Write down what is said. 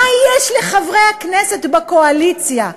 מה יש לחברי הכנסת בקואליציה,